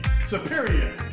superior